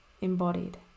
embodied